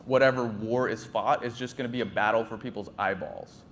whatever war is fought is just going to be a battle for people's eyeballs.